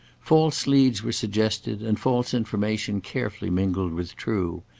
false leads were suggested, and false information carefully mingled with true.